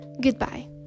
goodbye